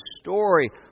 story